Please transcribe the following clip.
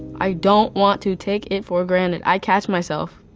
i don't want to take it for granted. i catch myself.